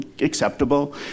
acceptable